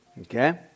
Okay